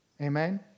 Amen